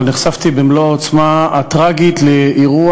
אבל נחשפתי במלוא העוצמה הטרגית לאירוע